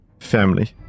Family